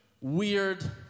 weird